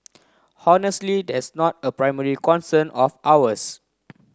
honestly that's not a primary concern of ours